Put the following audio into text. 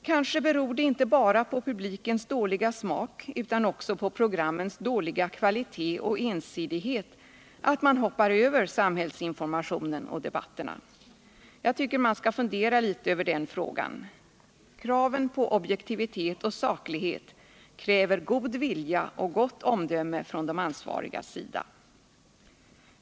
Kanske beror det inte bara på publikens dåliga smak utan också på programmens dåliga kvalitet och ensidighet att man hoppar över samhällsinformationen och debatterna. Jag tycker att vi skall fundera litet över den frågan. Kraven på objektivitet och saklighet gör att det fordras god vilja och gott omdöme från de ansvarigas sida.